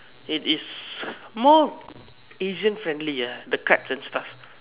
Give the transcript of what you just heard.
it is more Asian friendly ah the cuts and stuff